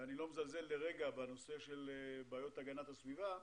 אני לא מזלזל לרגע בבעיות הגנת הסביבה,